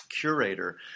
curator